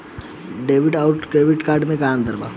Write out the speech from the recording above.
Debit आउर credit card मे का अंतर बा?